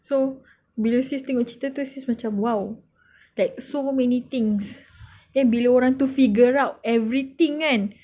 so bila sis tengok cerita tu sis macam !wow! like so many things then bila orang tu figure out everything kan